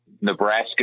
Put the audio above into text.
Nebraska